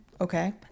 okay